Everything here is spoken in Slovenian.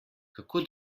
kako